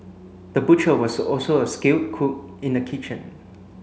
the butcher was also a skilled cook in the kitchen